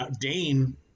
Dane